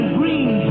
green